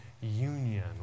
union